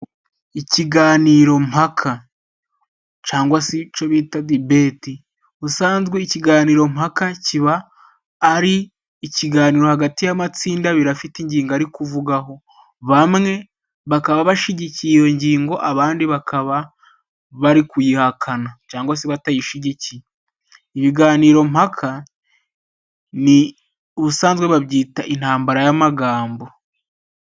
Ikiganiro mpaka cyangwa se icyo bita dibeti, ubusanzwe ikiganiro mpaka kiba ari ikiganiro hagati y'amatsinda abiri afite ingingo ari kuvugaho bamwe bakaba bashyigikiye iyo ngingo abandi bakaba bari kuyihakana cyangwa se batayishyigikiye, ibiganiro mpaka ubusanzwe babyita intambara y'amagambo.